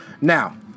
Now